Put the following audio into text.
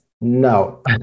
no